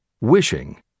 Wishing